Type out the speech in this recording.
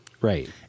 Right